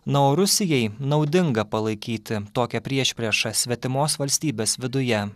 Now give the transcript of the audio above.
na o rusijai naudinga palaikyti tokią priešpriešą svetimos valstybės viduje